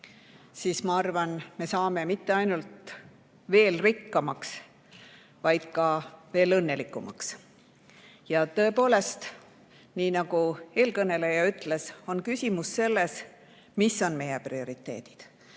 siis, ma arvan, me saame mitte ainult veel rikkamaks, vaid ka veel õnnelikumaks. Tõepoolest, nii nagu eelkõneleja ütles, küsimus on selles, mis on meie prioriteedid,